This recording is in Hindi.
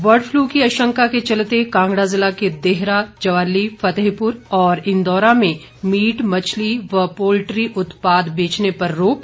बर्डफ्लू की आशंका के चलते कांगड़ा जिला के देहरा ज्वाली फतेहपुर और इंदौरा में मीट मछली और पोल्ट्री उत्पाद बेचने पर रोक